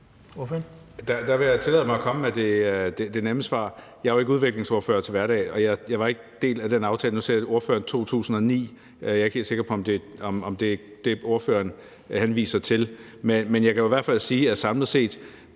Der vil jeg tillade mig at komme med det nemme svar. Jeg er jo ikke udviklingsordfører til hverdag, og jeg var ikke en del af den aftale. Nu sagde spørgeren 2009, og jeg er ikke helt sikker på, om det er det, spørgeren henviser til, men jeg kan i hvert fald sige, at samlet set